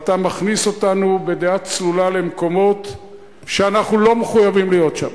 אבל אתה מכניס אותנו בדעה צלולה למקומות שאנחנו לא מחויבים להיות שם,